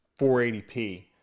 480p